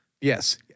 Yes